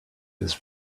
his